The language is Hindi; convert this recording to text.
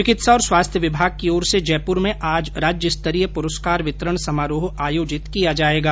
चिकित्सा और स्वास्थ्य विभाग की ओर से जयप्र में आज राज्यस्तरीय पुरस्कार वितरण समारोह आयोजित किया जाएगा